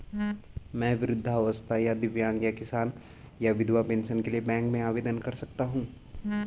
मैं वृद्धावस्था या दिव्यांग या किसान या विधवा पेंशन के लिए बैंक से आवेदन कर सकता हूँ?